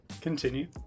Continue